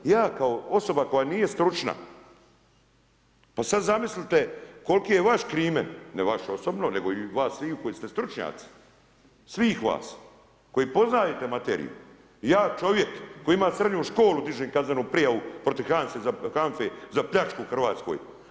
Ja kao osoba koja nije stručna pa sada zamislite koliki je vaš krimen, ne vaš osobno nego vas sviju koji ste stručnjaci svih vas, koji poznajte materiju, ja čovjek koji ima srednju školu dižem kaznenu prijavu protiv HANFA-e za pljačku u Hrvatskoj.